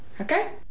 okay